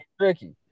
tricky